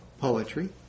poetry